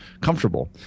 comfortable